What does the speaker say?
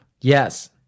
Yes